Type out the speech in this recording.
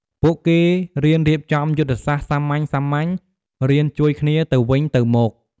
ពួកគេរៀនរៀបចំយុទ្ធសាស្ត្រសាមញ្ញៗ រៀនជួយគ្នាទៅវិញទៅមក។